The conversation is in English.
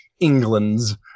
England's